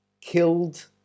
killed